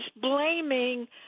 blaming